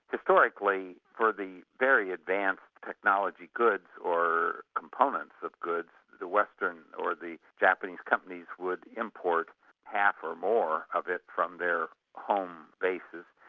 historically, for the very advanced technology goods or components of goods, the western or the japanese companies would import half or more of this from their home bases,